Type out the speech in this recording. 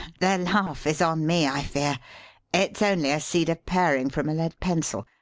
the laugh is on me, i fear it's only a cedar paring from a lead pencil.